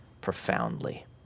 profoundly